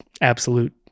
absolute